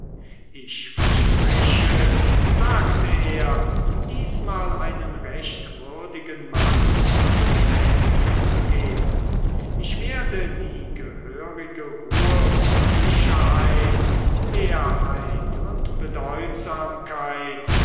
ich verspreche sagte er diesmal einen recht würdigen mann zum besten zu geben ich werde die gehörige ruhe und sicherheit leerheit und bedeutsamkeit